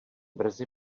brzy